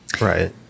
Right